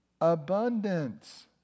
Abundance